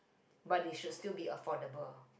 but they should still be affordable